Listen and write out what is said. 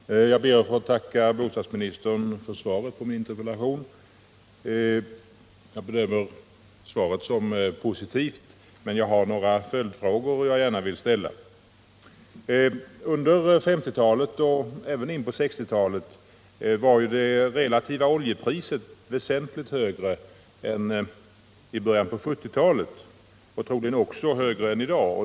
Herr talman! Jag ber att få tacka bostadsministern för svaret på min interpellation. Jag bedömer svaret som positivt, men jag har några följdfrågor som jag gärna vill ställa. Under 1950-talet och även in på 1960-talet var det relativa oljepriset väsentligt högre än i början av 1970-talet och troligen också högre än i dag.